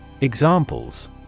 Examples